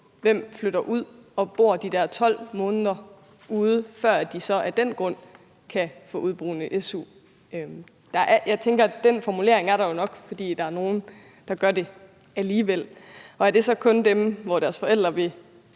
der flytter ud og bor de der 12 måneder ude, før de så af den grund kan få udeboende su. Jeg tænker, at den formulering nok er der, fordi der er nogle, der gør det alligevel. Og er det så kun dem, hvor deres forældre vil